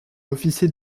officier